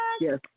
yes